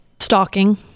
Stalking